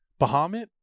bahamut